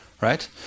right